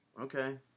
Okay